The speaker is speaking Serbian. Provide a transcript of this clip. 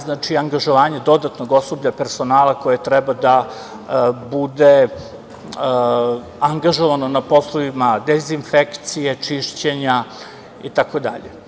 Znači, angažovanje dodatnog osoblja, personala koji treba da bude angažovan na poslovima dezinfekcije, čišćenja itd.